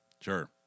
Sure